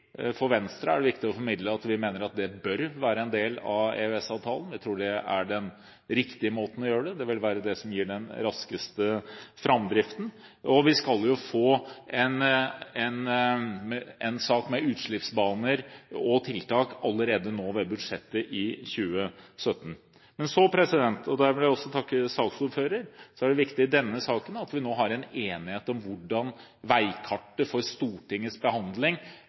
For Venstre er det viktig å formidle at vi mener at det bør være en del av EØS-avtalen. Vi tror det er den riktige måten å gjøre det på. Det vil gi den raskeste framdriften, og vi skal jo få en sak med utslippsbaner og tiltak allerede nå i budsjettet for 2017. Men så – og der vil jeg takke saksordføreren – er det viktig at vi i denne saken har en enighet om hvordan veikartet for Stortingets behandling